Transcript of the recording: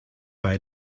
bei